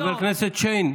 חבר הכנסת שיין,